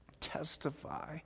testify